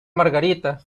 margarita